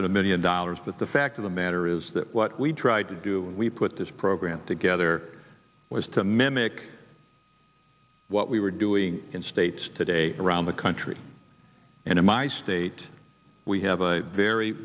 than a million dollars but the fact of the matter is that what we tried to do we put this program together was to mimic what we were doing in states today around the country and in my state we have a very